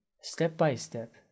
step-by-step